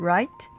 Right